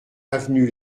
avenue